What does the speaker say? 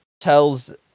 tells